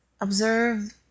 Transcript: observe